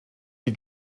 die